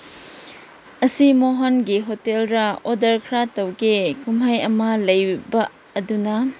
ꯑꯁꯤ ꯃꯣꯍꯜꯒꯤ ꯍꯣꯇꯦꯜꯂ ꯑꯣꯔꯗꯔ ꯈꯔ ꯇꯧꯒꯦ ꯀꯨꯝꯍꯩ ꯑꯃ ꯂꯩꯕ ꯑꯗꯨꯅ